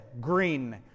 green